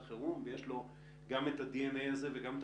חירום ויש לו גם את הדי.אן.איי הזה וגם את